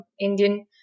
Indian